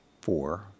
four